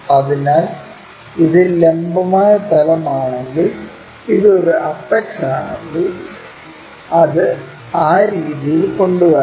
അതിനാൽ ഇത് ലംബമായ തലം ആണെങ്കിൽ ഇത് ഒരു അപെക്സ് ആണെങ്കിൽ അത് ആ രീതിയിൽ കൊണ്ടുവരണം